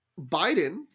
Biden